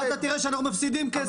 אתה תראה שאנחנו נפסיד כסף, לא נרוויח.